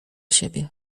siebie